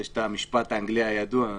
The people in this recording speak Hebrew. יש את המשפט האנגלי הידוע: